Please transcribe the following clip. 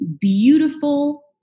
beautiful